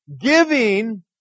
Giving